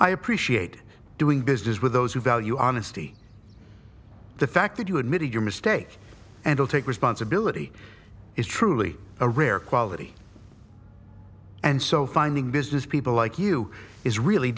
i appreciate doing business with those who value honesty the fact that you admitted your mistake and take responsibility is truly a rare quality and so finding business people like you is really